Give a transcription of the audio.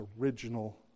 original